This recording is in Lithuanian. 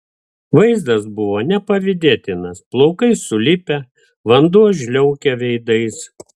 vaizdas buvo nepavydėtinas plaukai sulipę vanduo žliaugia veidais